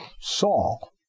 Saul